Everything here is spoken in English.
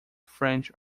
french